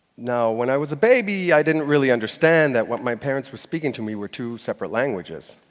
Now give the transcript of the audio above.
now, when i was a baby, i didn't really understand that what my parents were speaking to me were two separate languages.